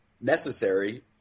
necessary